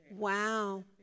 Wow